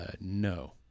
no